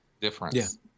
difference